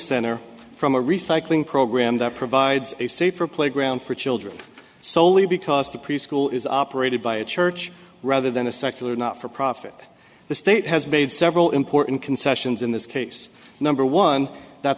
center from a recycling program that provides a safer playground for children soley because to preschool is operated by a church rather than a secular not for profit the state has made several important concessions in this case number one that